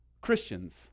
Christians